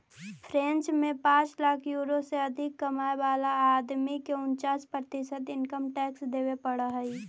French में पाँच lakh euro से अधिक कमाय वाला आदमी के उन्चास प्रतिशत इनकम टैक्स देवे पड़ऽ हई